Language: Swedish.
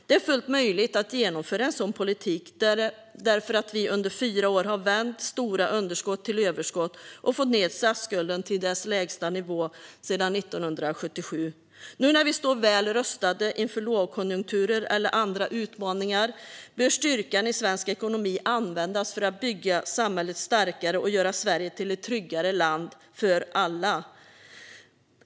Det är fullt möjligt att genomföra en sådan politik eftersom vi under fyra år har vänt stora underskott till överskott och fått ned statsskulden till den lägsta nivån sedan 1977. Nu när vi står väl rustade inför lågkonjunkturer eller andra utmaningar bör styrkan i svensk ekonomi användas för att bygga samhället starkare och göra Sverige till ett tryggare land för alla.